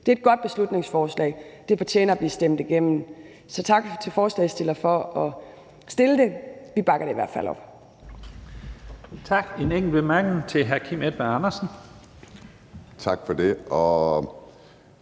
Det er et godt beslutningsforslag, det fortjener at blive stemt igennem, så tak til forslagsstiller for at fremsætte det. Vi bakker det i hvert fald op.